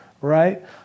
right